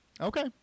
Okay